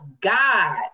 god